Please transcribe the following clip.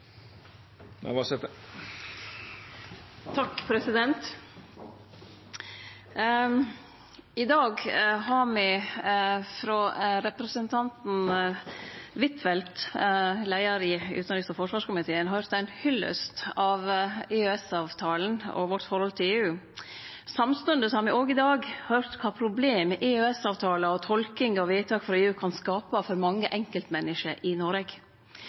I dag har me frå representanten Huitfeldt, leiar i utanriks- og forsvarskomiteen, høyrt ei hyllest av EØS-avtalen og vårt forhold til EU. Samstundes har me òg i dag høyrt kva problem EØS-avtalen og tolking av vedtak frå EU kan skape for mange enkeltmenneske i Noreg.